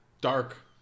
dark